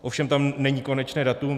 Ovšem tam není konečné datum.